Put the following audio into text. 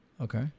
Okay